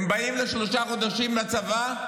הם באים לשלושה חודשים לצבא,